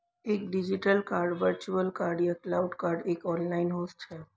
एक digital card virtual card या cloud card एक ऑनलाइन होस्ट है